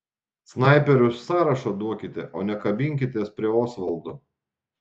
snaiperių sąrašą duokite o ne kabinkitės prie osvaldo